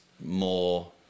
more